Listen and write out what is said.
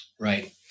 right